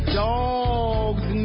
dogs